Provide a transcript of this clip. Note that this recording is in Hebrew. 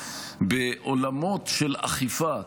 בעולמות של אכיפה,